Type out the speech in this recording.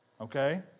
Okay